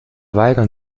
weigern